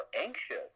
anxious